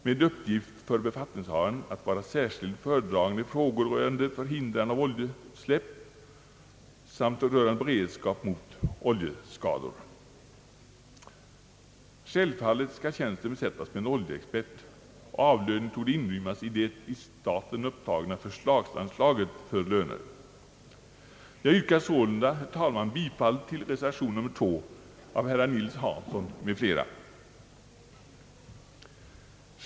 Befattningshavaren skall ha som uppgift att vara särskild föredragande i frågor rörande förhindrande av oljeutsläpp samt rörande beredskap mot oljeskador. Självfallet skall tjänsten besättas med en oljeexpert, och avlöningen torde inrymmas i det i staten upptagna förslagsanslag för löner. Herr talman! Jag yrkar sålunda bifall till reservation nr 2 av herr Nils Hansson m.fl.